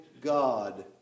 God